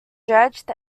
dredged